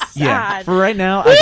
yeah